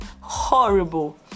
horrible